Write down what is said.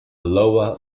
lower